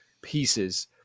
pieces